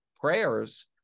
prayers